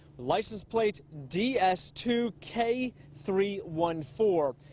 license plate d s two k three one four.